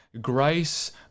grace